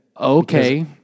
okay